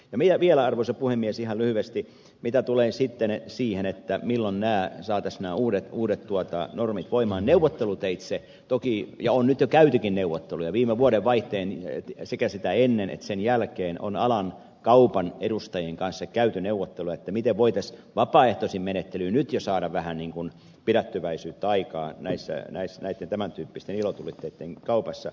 ihan lyhyesti arvoisa puhemies mitä tulee vielä siihen milloin nämä uudet normit saataisiin voimaan niin toki on jo käytykin neuvotteluja sekä ennen viime vuodenvaihdetta että sen jälkeen alan kaupan edustajien kanssa siitä miten voitaisiin vapaaehtoisin menettelyin nyt jo saada vähän niin kuin pidättyväisyyttä aikaan tämän tyyppisten ilotulitteitten kaupassa